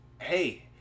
hey